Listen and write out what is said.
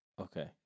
Okay